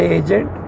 agent